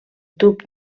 tub